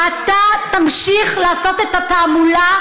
ואתה תמשיך לעשות את התעמולה